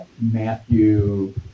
Matthew